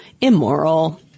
immoral